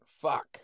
Fuck